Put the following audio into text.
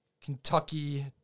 Kentucky